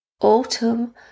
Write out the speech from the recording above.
autumn